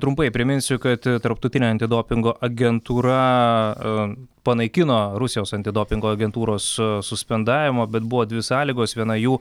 trumpai priminsiu kad tarptautinė antidopingo agentūra panaikino rusijos antidopingo agentūros su suspendavimą bet buvo dvi sąlygos viena jų